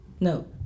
No